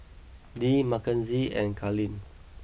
Dee Makenzie and Kalyn